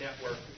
network